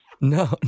No